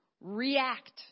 react